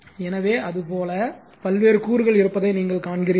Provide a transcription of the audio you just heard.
எனவே அது போல பல்வேறு கூறுகள் இருப்பதை நீங்கள் காண்கிறீர்கள்